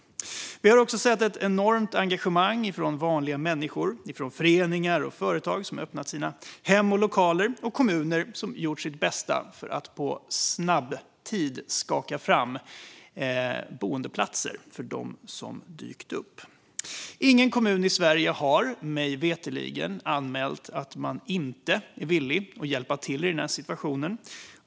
Vi har också sett ett enormt engagemang från vanliga människor, föreningar och företag som öppnat sina hem och lokaler och från kommuner som gjort sitt bästa för att snabbt skaka fram boendeplatser för dem som dykt upp. Ingen kommun i Sverige har mig veterligen anmält att man inte är villig att hjälpa till i den här situationen.